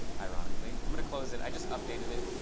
ironically. i'm going to close it. i just updated it.